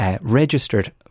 registered